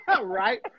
Right